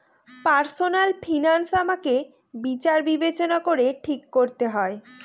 personal finance আমাকে বিচার বিবেচনা করে ঠিক করতে হয়